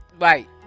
right